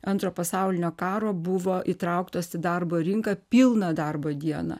antro pasaulinio karo buvo įtrauktos į darbo rinką pilną darbo dieną